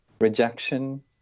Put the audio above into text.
rejection